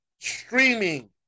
streaming